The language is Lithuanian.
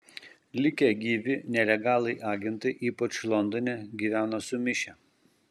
likę gyvi nelegalai agentai ypač londone gyveno sumišę